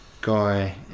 guy